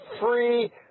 free